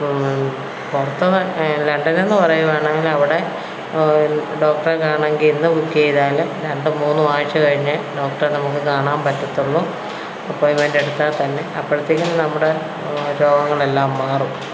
ഇപ്പം പുറത്ത് നാട്ടിൽ ലണ്ടനിലെന്ന് പറയുകയാണെങ്കിൽ അവിടെ ഒരു ഡോക്ടറെ കാണണമെങ്കിൽ ഇന്ന് ബുക്ക് ചെയ്താൽ രണ്ടും മൂന്നും ആഴ്ച്ച കഴിഞ്ഞേ ഡോക്ടറെ നമുക്ക് കാണാൻ പറ്റത്തുള്ളു അപ്പോയിൻമെൻ്റെ് എടുത്താൽ തന്നെ അപ്പോഴത്തേക്കും നമ്മുടെ രോഗങ്ങൾ എല്ലാം മാറും